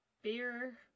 Beer